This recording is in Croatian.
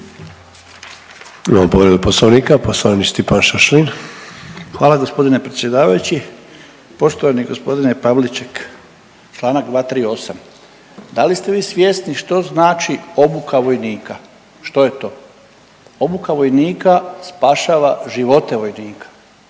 Hvala g. predsjedavajući. Poštovani g. Pavliček, čl. 238., da li ste vi svjesni što znači obuka vojnika, što je to? Obuka vojnika spašava živote vojnika,